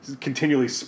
continually